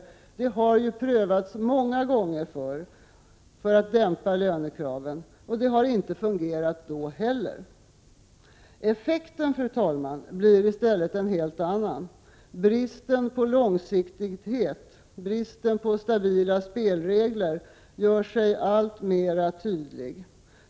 Sådant har alltså prövats många gånger förr för att dämpa lönekraven, och det har inte fungerat då heller. Effekten, fru talman, blir i stället en helt annan. Bristen på långsiktighet, bristen på stabila spelregler gör sig alltmera tydlig.